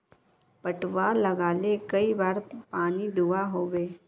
पटवा लगाले कई बार पानी दुबा होबे?